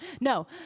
No